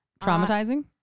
Traumatizing